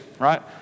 right